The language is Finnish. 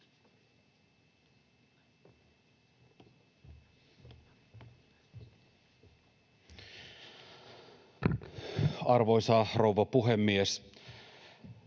Arvoisa rouva puhemies!